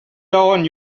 down